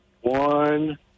One